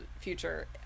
future